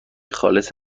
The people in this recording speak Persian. خالص